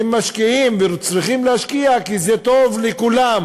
הם משקיעים וצריכים להשקיע כי זה טוב לכולם,